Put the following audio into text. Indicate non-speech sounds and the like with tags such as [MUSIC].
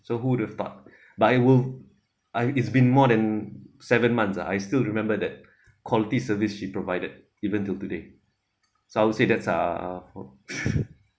so who would have thought but I will I it's been more than seven months ah I still remember that quality service she provided even till today so I would say that's a [LAUGHS]